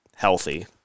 Healthy